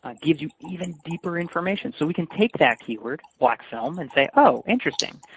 ah gives you even deeper information. so we can take that keyword, black film, and say, oh! interesting.